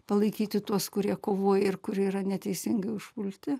palaikyti tuos kurie kovoja ir kurie yra neteisingai užpulti